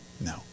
No